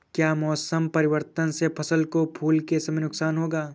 क्या मौसम परिवर्तन से फसल को फूल के समय नुकसान होगा?